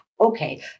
Okay